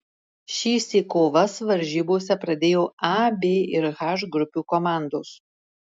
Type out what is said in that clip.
šįsyk kovas varžybose pradėjo a b ir h grupių komandos